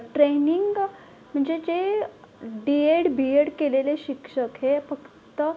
training म्हणजे जे D Ed B Ed केलेले शिक्षक हे फक्त